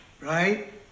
right